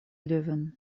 левин